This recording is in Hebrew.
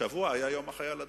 השבוע היה יום החייל הדרוזי.